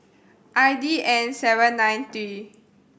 I D N seven nine three